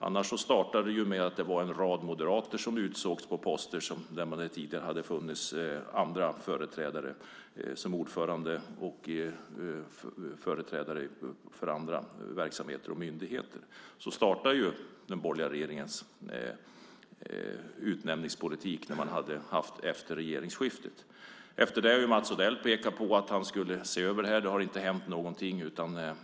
Annars startade det ju med att det var en rad moderater som utsågs på poster där det tidigare hade funnits andra som företrädare för olika verksamheter och myndigheter. Så startade den borgerliga regeringens utnämningspolitik efter regeringsskiftet. Efter det har Mats Odell pekat på att han skulle se över det här. Det har inte hänt någonting.